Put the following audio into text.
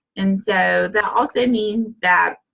and so, that also means that